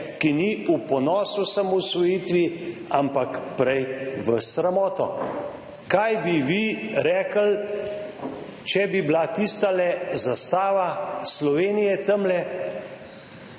ki ni v ponos osamosvojitvi, ampak prej v sramoto. Kaj bi vi rekli, če bi bila tistale zastava Slovenije tamle